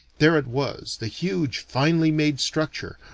there it was, the huge, finely made structure,